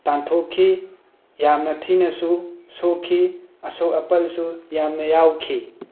ꯇꯥꯟꯊꯣꯛꯈꯤ ꯌꯥꯝꯅ ꯊꯤꯅꯁꯨ ꯁꯣꯛꯈꯤ ꯑꯁꯣꯛ ꯑꯄꯜꯁꯨ ꯌꯥꯝꯅ ꯌꯥꯎꯈꯤ